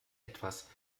etwas